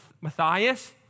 Matthias